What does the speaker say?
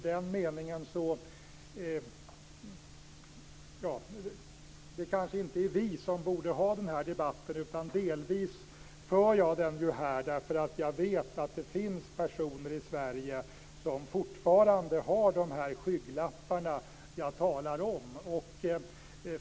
Det är kanske inte vi som borde föra den här debatten, men jag för den delvis här därför att jag vet att det finns personer i Sverige som fortfarande har dessa skygglappar som jag talade om.